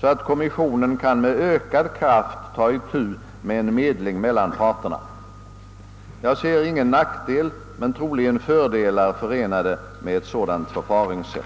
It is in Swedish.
så att kommissionen med ökad kraft kan ta itu med en medling mellan parterna. Jag ser ingen nackdel men troligen fördelar förenade med ett sådant förfaringssätt.